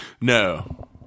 No